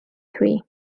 three